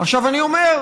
עכשיו אני אומר,